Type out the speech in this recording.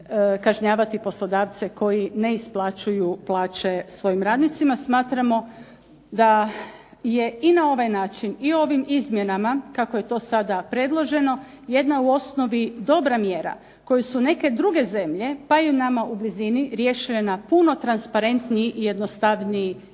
kažnjavati poslodavce koji ne isplaćuju plaće svojim radnicima. Smatramo da je i na ovaj način i ovim izmjenama kako je to sada predloženo jedna u osnovi dobra mjera koje su neke druge zemlje pa i nama u blizini riješile na puno transparentniji i jednostavniji i